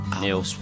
Neil